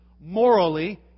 morally